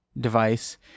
device